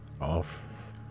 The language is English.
off